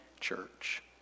church